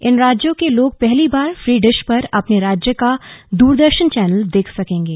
इन राज्यों के लोग पहली बार फ्री डिश पर अपने राज्य का दूरदर्शन चैनल देख सकेंगे